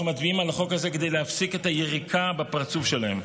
אנחנו מצביעים על החוק הזה כדי להפסיק את היריקה בפרצוף שלהם.